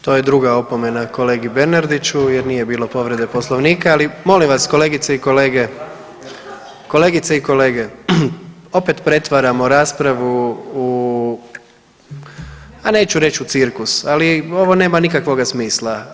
To je druga opomena kolegi Bernardiću jer nije bilo povrede Poslovnika, ali molim vas kolegice i kolege, kolegice i kolege opet pretvaramo raspravu u, a neću reći u cirkus, ali ovo nema nikakvoga smisla.